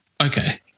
Okay